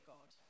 God